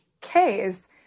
case